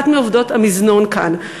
אחת מעובדות המזנון כאן.